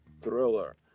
thriller